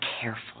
careful